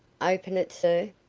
open it, sir?